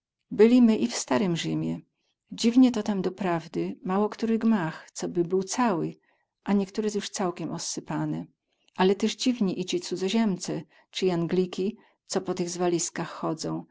byli my i w starym rzymie dziwne to tam doprawdy mało ktory gmach co by był cały a niektore juz całkiem ozsypane ale tyz dziwni i ci cudzoziemce cy jangliki co po tych zwaliskach chodzą